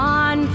on